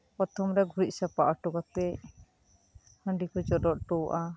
ᱯᱚᱨᱛᱷᱚᱢ ᱨᱮ ᱜᱩᱨᱤᱡ ᱥᱟᱯᱟ ᱦᱚᱴᱚ ᱠᱟᱛᱮᱫ ᱦᱟᱸᱰᱤ ᱠᱚ ᱪᱚᱰᱚᱨ ᱦᱚᱴᱚᱭᱟ